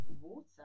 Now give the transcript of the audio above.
water